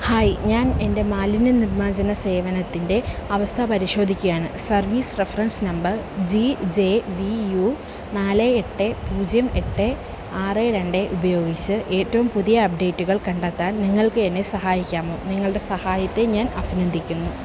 hi ഞാൻ എൻ്റെ മാലിന്യ നിർമാർജന സേവനത്തിൻ്റെ അവസ്ഥ പരിശോധിക്കുകയാണ് service reference number G J V U നാല് എട്ട് പൂജ്യം എട്ട് ആറ് രണ്ട് ഉപയോഗിച്ച് ഏറ്റവും പുതിയ അപ്ഡേറ്റുകൾ കണ്ടെത്താൻ നിങ്ങൾക്ക് എന്നെ സഹായിക്കാമോ നിങ്ങളുടെ സഹായത്തെ ഞാൻ അഭിനന്ദിക്കുന്നു